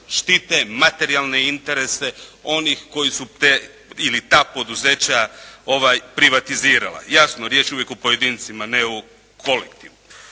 štite materijalne interese onih koji su te ili ta poduzeća privatizirala. Jasno, riječ je uvijek o pojedincima, ne o kolektivu.